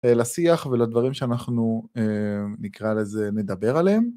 לשיח ולדברים שאנחנו נקרא לזה נדבר עליהם